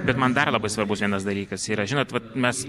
bet man dar labai svarbus vienas dalykas yra žinot vat mes